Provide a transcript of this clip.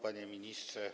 Panie Ministrze!